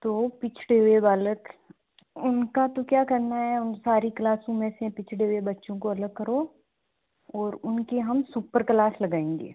तो पिछड़े हुए बालक उनका तो क्या करना है उन सारी क्लासों में से पिछड़े हुए बच्चों को अलग करो और उनकी हम सुपर क्लास लगाएँगे